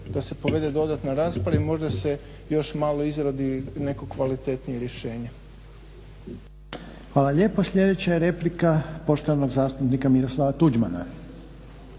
da se povede dodatna rasprava i možda se još malo izradi neko kvalitetnije rješenje. **Reiner, Željko (HDZ)** Hvala lijepo. Sljedeća je replika poštovanog zastupnika Miroslava Tuđmana.